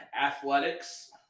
Athletics